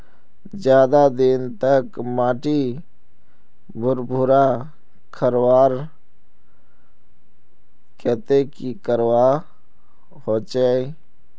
ज्यादा दिन तक माटी भुर्भुरा रखवार केते की करवा होचए?